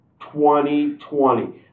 2020